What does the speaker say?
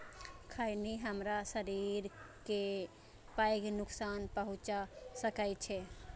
खैनी हमरा शरीर कें पैघ नुकसान पहुंचा सकै छै